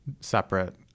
separate